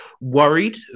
worried